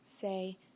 Say